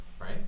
Right